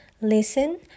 Listen